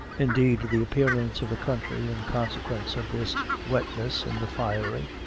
indeed, the appearance of the country, in consequence of this wetness in the firing,